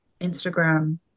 Instagram